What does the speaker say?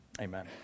amen